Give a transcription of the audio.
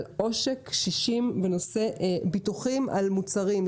על עושק קשישים בנושא ביטוחים על מוצרים.